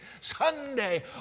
Sunday